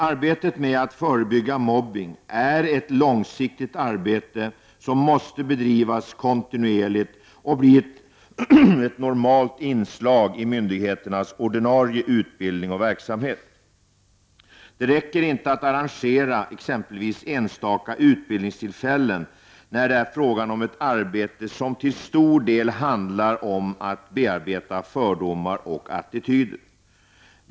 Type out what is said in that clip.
Arbetet med att förebygga mobbning är ett långsiktigt arbete som måste bedrivas kontinuerligt och bli ett normalt inslag i myndigheternas ordinarie utbildning och verksamhet. Det räcker inte att arrangera exempelvis enstaka utbildningstillfällen när det är fråga om ett arbete som till stor del handlar om att bearbeta fördomar och attityder.